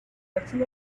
relaxing